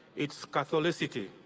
it's catholicity.